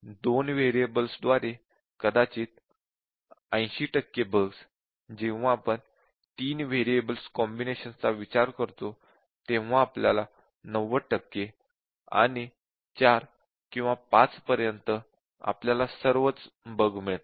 2 variables द्वारे कदाचित 80 टक्के बग्स जेव्हा आपण 3 व्हेरिएबल्स कॉम्बिनेशन्स चा विचार करतो तेव्हा आपल्याला 90 टक्के आणि 4 किंवा 5 पर्यंत आपल्याला सर्व बग मिळतात